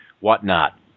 whatnot